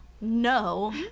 no